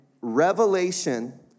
revelation